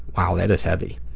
wow, that is heavy.